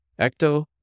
ecto